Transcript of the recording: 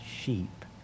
sheep